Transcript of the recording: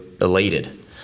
elated